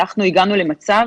אנחנו הגענו למצב